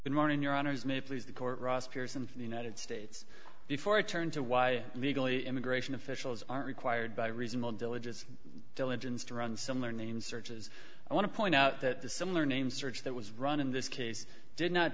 good morning your honor is may please the court ross pearson from the united states before turn to why legally immigration officials aren't required by reasonable diligence diligence to run similar name searches i want to point out that the similar name search that was run in this case did not